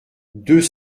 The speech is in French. deux